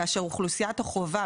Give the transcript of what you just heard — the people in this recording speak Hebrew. כאשר אוכלוסיית החובה,